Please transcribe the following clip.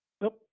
Nope